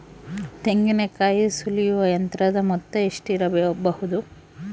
ತೆಂಗಿನಕಾಯಿ ಸುಲಿಯುವ ಯಂತ್ರದ ಮೊತ್ತ ಎಷ್ಟಿರಬಹುದು?